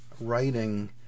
writing